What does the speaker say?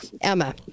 Emma